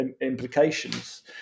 implications